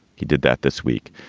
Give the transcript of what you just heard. he did that this week.